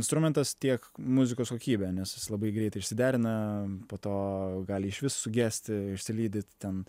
instrumentas tiek muzikos kokybė nes jis labai greitai išsiderina po to gali išvis sugesti išsilydyt ten